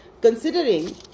considering